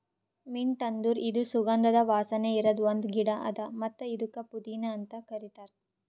mint ಅಂದುರ್ ಇದು ಸುಗಂಧದ ವಾಸನೆ ಇರದ್ ಒಂದ್ ಗಿಡ ಅದಾ ಮತ್ತ ಇದುಕ್ ಪುದೀನಾ ಅಂತ್ ಕರಿತಾರ್